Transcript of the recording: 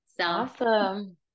Awesome